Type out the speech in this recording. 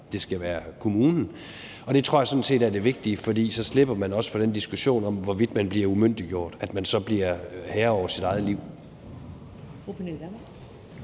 det tror jeg sådan set er det vigtige, for så slipper man også for den diskussion om, hvorvidt man bliver umyndiggjort, for så bliver man herre over sit eget liv.